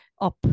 up